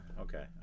okay